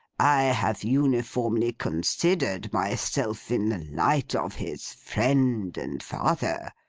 i have uniformly considered myself in the light of his friend and father,